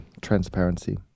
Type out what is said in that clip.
transparency